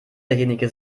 derjenige